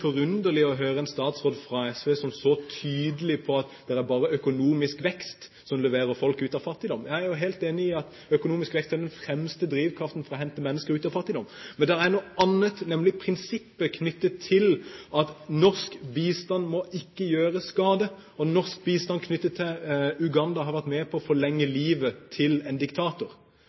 forunderlig å høre en statsråd fra SV som er så tydelig på at det bare er økonomisk vekst som får folk ut av fattigdom. Jeg er jo helt enig i at økonomisk vekst er den fremste drivkraften for å hente mennesker ut av fattigdom. Men det er noe annet også, nemlig prinsippet knyttet til at norsk bistand ikke må gjøre skade, og norsk bistand til Uganda har vært med på å forlenge livet til en diktator.